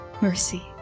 mercy